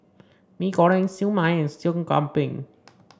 Mee Goreng Siew Mai and Sup Kambing